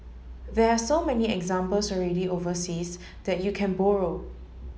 there are so many examples already overseas that you can borrow